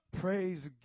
Praise